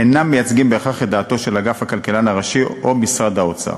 אינם מייצגים בהכרח את דעתו של אגף הכלכלן הראשי או של משרד האוצר.